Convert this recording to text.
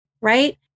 right